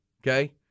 okay